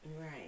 Right